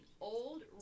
old